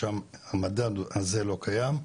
שם המדד הזה לא קיים,